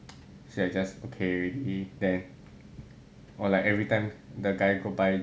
she like just okay leave it there or like everytime the guy go buy